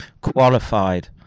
qualified